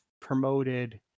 promoted